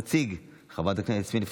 תציג חברת הכנסת יסמין פרידמן.